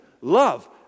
love